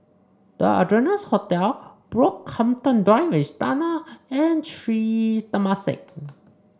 The Ardennes Hotel Brockhampton Drive Istana and Sri Temasek